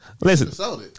Listen